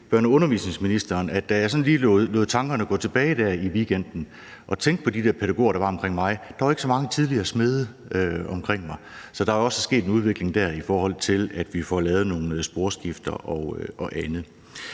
og undervisningsministeren, at da jeg sådan lige lod tankerne gå tilbage i weekenden og tænkte på de der pædagoger, der var omkring mig, så var der ikke så mange tidligere smede blandt dem. Så der er også sket en udvikling der, i forhold til at vi får lavet nogle sporskifter og andet.